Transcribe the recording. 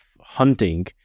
hunting